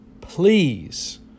please